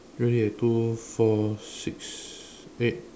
really eh two four six eight